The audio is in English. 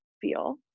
feel